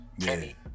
Kenny